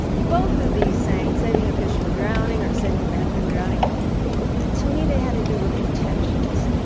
both of these sayings saving a fish from drowning, or saving a man from drowning to me they had to do with intentions.